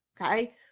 okay